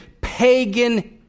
pagan